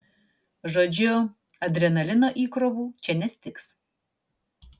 žodžiu adrenalino įkrovų čia nestigs